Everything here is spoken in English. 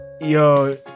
yo